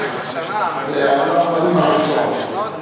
12 שנה, אנחנו מדברים על עשור, עשור.